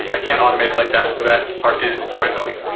i can't automate it like that, so that part is quite annoying.